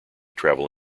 travel